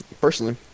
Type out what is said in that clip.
personally